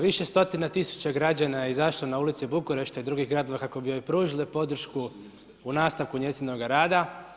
Više stotina tisuća građana je izašlo na ulice Bukurešta i drugih gradova kako bi joj pružili podršku u nastavku njezinoga rada.